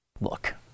look